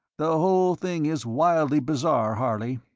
the whole thing is wildly bizarre, harley.